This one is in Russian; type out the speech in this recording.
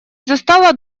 застала